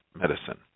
Medicine